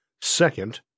Second